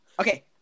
Okay